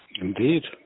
Indeed